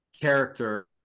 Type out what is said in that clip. character